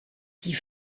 die